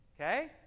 Okay